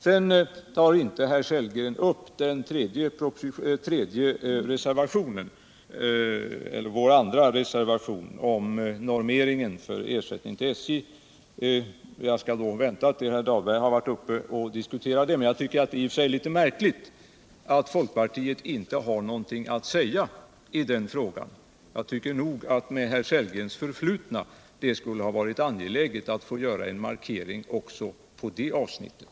Sedan tar inte herr Sellgren upp vår andra reservation om normeringen för ersättningen till SJ. Jag skall vänta tills herr Dahlberg varit uppe, men jag tycker att det i och för sig är litet märkligt att folkpartiet inte har något att säga iden frågan. Med herr Sellgrens förflutna tycker jag nog att det skulle ha varit angeläget att få göra en markering också på det avsnittet.